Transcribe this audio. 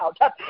out